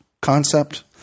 concept